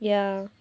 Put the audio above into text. ya